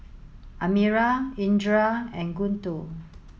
Amirah Indra and Guntur